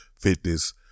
fitness